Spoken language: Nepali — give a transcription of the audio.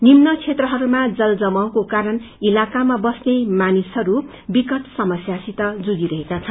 निम्न बेत्रहरूमा जल जमाउको कारण झ्लाकामा बस्ने मानिसहरू विकट समस्यासित जुक्षिरहेका छन्